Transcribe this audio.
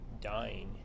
dying